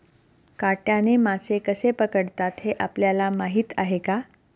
काट्याने मासे कसे पकडतात हे आपल्याला माहीत आहे का?